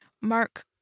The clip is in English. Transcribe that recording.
Mark